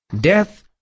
death